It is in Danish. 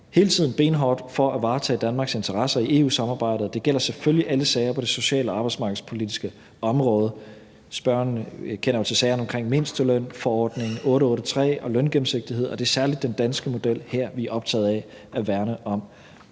hele tiden benhårdt for at varetage Danmarks interesser i EU-samarbejdet, og det gælder selvfølgelig alle sager på det sociale og arbejdsmarkedspolitiske område. Spørgeren kender jo til sagerne omkring mindsteløn, forordning 883 og løngennemsigtighed, og det er særlig den danske model her, vi er optaget af at værne om.